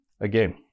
again